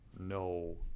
no